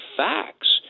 facts